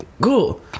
cool